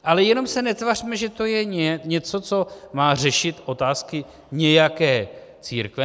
Ale jenom se netvařme, že to je něco, co má řešit otázky nějaké církve.